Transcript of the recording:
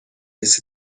ese